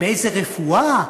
באיזו רפואה,